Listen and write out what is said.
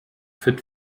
fit